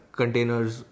containers